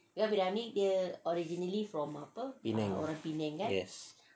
penang yes